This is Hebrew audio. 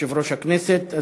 יושב-ראש הכנסת,